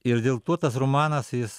ir dėl to tas romanas jis